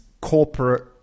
corporate